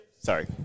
Sorry